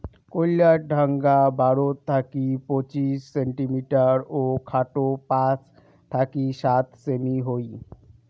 কইল্লার ঢাঙা বারো থাকি পঁচিশ সেন্টিমিটার ও খাটো পাঁচ থাকি সাত সেমি হই